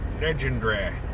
Legendary